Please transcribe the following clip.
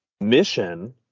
mission